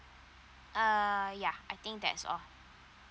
uh yeah I think that's all